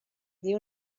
dir